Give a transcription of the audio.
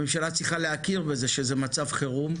הממשלה צריכה להכיר בזה שזה מצב חירום,